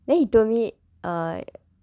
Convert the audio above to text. then he told me err